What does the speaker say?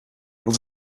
able